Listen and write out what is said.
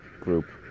group